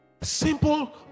Simple